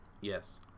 Yes